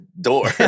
door